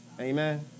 Amen